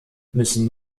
müssen